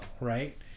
right